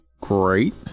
great